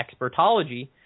expertology